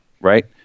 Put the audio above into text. right